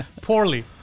Poorly